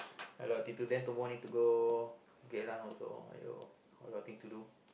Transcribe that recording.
a lot thing to then tomorrow need to go Geylang also !aiyo! a lot thing to do